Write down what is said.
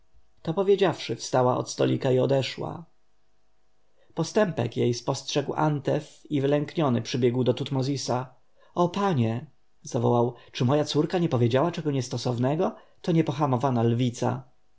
to powiedziawszy wstała od stolika i odeszła postępek jej spostrzegł antef i wylękniony przybiegł do bamzesa o panie zawołał czy moja córka nie powiedziała czego niestosownego to niepohamowana lwica